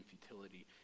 futility